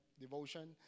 devotion